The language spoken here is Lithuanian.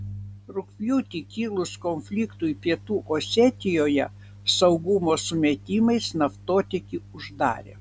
rugpjūtį kilus konfliktui pietų osetijoje saugumo sumetimais naftotiekį uždarė